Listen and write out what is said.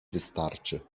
wystarczy